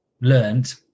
learned